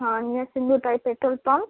हां near Sindhutai petrol pump